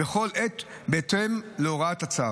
בהתאם להוראת הצו.